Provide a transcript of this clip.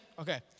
okay